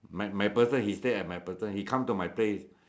mac~ Macpherson he stay at Macpherson he come to my place